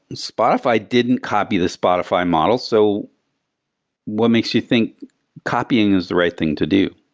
spotify didn't copy the spotify model, so what makes you think copying is the right thing to do?